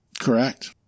Correct